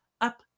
up